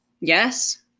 Yes